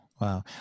wow